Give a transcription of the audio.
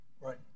Right